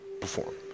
Perform